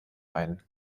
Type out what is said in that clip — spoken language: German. ein